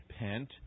repent